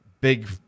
big